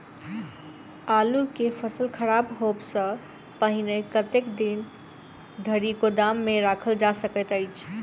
आलु केँ फसल खराब होब सऽ पहिने कतेक दिन धरि गोदाम मे राखल जा सकैत अछि?